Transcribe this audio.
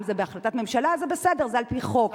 אם זה בהחלטת ממשלה, זה בסדר, זה על-פי חוק.